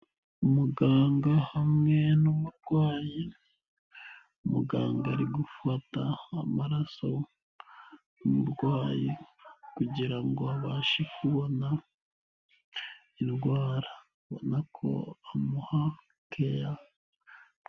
Muganga hamwe n'umurwayi, muganga arigu gufata amaraso umurwayi kugirango abashe kubona indwara, abona ko amuha keya.